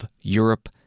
Europe